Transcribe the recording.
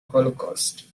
holocaust